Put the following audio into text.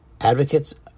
Advocates